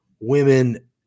women